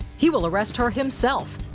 he will arrest her himself.